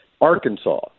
Arkansas